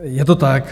Je to tak.